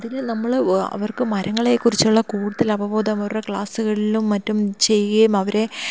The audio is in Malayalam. അതിൽ നമ്മൾ അവർക്ക് മരങ്ങളെ കുറിച്ചുള്ള കൂടുതൽ അവബോധം അവരുടെ ക്ലാസ്സുകളിലും മറ്റും ചെയ്യും അവരെ